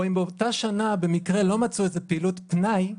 אם באותה שנה במקרה לא מצאו איזה פעילות פנאי,